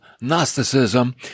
Gnosticism